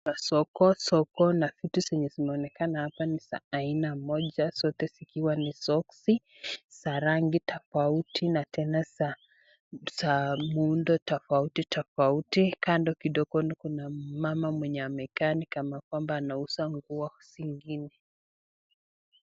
Soko na vitu zenye zinazoonekana hapa ni za aina moja zote zikiwa ni soksi za rangi na muudo tofauti tofauti na kando kidogo kuna mama mmoja ambaye anaonekana ni kama kwamba anauza nguo zingine.